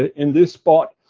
ah in this spot.